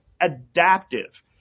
adaptive